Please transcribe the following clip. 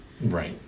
Right